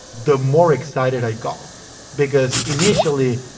the more excited i got because initially,